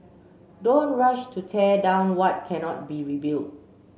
don't rush to tear down what cannot be rebuilt